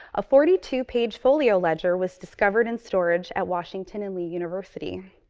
a forty two page folio ledger was discovered in storage at washington and lee university.